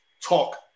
talk